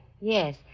Yes